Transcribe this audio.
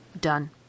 done